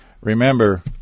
remember